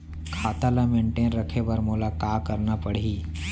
खाता ल मेनटेन रखे बर मोला का करना पड़ही?